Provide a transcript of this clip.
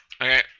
Okay